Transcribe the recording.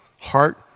heart